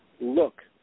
look